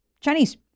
Chinese